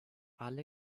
alle